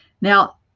Now